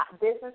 business